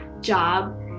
job